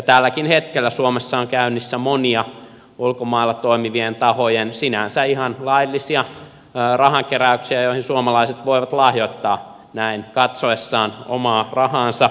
tälläkin hetkellä suomessa on käynnissä monia ulkomailla toimivien tahojen sinänsä ihan laillisia rahankeräyksiä joihin suomalaiset voivat lahjoittaa näin katsoessaan omaa rahaansa